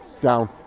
Down